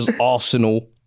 Arsenal